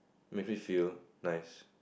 it make me feel nice